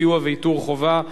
סיוע ואיתור חובה),